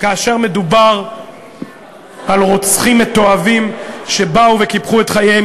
כאשר מדובר על רוצחים מתועבים שבאו וקיפחו את חייהם.